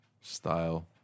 Style